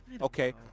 Okay